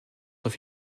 sont